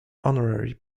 honorary